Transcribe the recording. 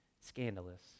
scandalous